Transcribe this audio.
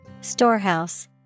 Storehouse